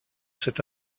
cette